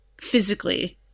physically